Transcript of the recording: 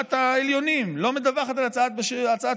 ראשת העליונים לא מדווחת על הצעת שוחד,